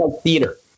theater